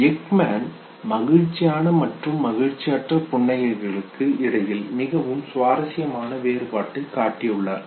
Ekman மகிழ்ச்சியான மற்றும் மகிழ்ச்சியற்ற புன்னகைகளுக்கு இடையில் மிகவும் சுவாரஸ்யமான வேறுபாட்டைக் காட்டியுள்ளார்